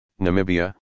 Namibia